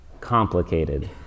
complicated